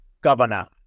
governor